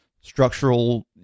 structural